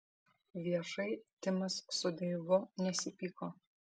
viešai timas su deivu nesipyko